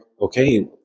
okay